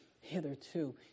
hitherto